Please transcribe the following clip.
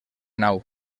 nau